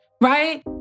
right